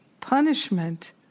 punishment